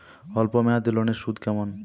অল্প মেয়াদি লোনের সুদ কেমন?